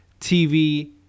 TV